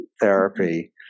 therapy